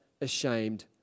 ashamed